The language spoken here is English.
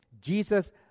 Jesus